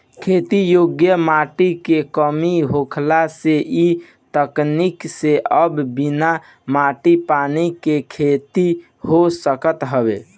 खेती योग्य माटी के कमी होखला से इ तकनीकी से अब बिना माटी पानी के खेती हो सकत हवे